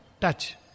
touch